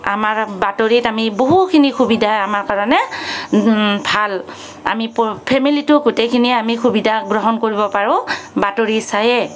আমাৰ বাতৰিত আমি বহুখিনি সুবিধা আমাৰ কাৰণে ভাল আমি ফেমেলিটো গোটেইখিনিয়ে আমি সুবিধা গ্ৰহণ কৰিব পাৰোঁ বাতৰি চাইয়ে